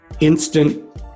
instant